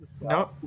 no